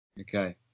Okay